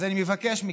אז אני מבקש מכם,